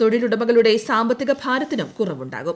തൊഴിൽ ഉടമകളുടെ സാമ്പത്തിക ഭാരത്തിനും കുറവ്കുണ്ടാകും